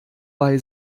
bei